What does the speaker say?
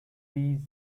bees